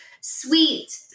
sweet